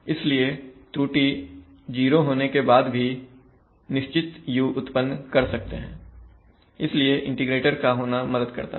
इसलिए त्रुटि 0 होने के बाद भी आप निश्चित u उत्पन्न कर सकते हैं इसलिए इंटीग्रेटर का होना मदद करता है